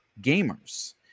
gamers